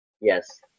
Yes